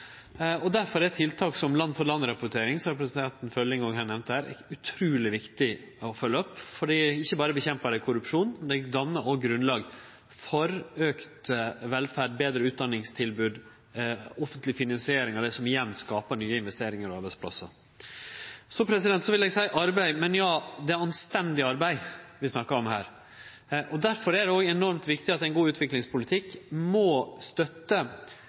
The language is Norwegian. er tiltak som land-for-land-rapportering, som representanten Følling òg nemnde her, utruleg viktig å følgje opp. Ikkje berre motverkar det korrupsjon, det dannar òg grunnlag for auka velferd, betre utdanningstilbod og offentleg finansiering av det som igjen skapar nye investeringar og arbeidsplassar. Så vil eg seie: arbeid, ja, men det er anstendig arbeid vi snakkar om her. Difor er det òg enormt viktig at ein god utviklingspolitikk må støtte